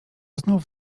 znów